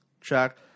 check